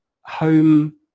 home